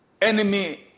Enemy